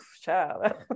child